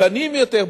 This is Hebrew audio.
קטנים יותר,